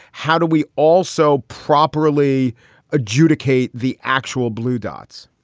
how do we also properly adjudicate the actual blue dots?